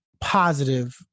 positive